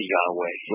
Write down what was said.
Yahweh